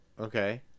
Okay